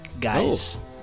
guys